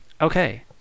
Okay